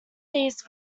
these